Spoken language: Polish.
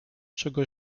czego